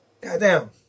Goddamn